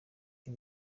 uyu